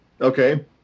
okay